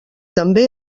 també